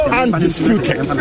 undisputed